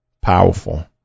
powerful